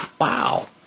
Wow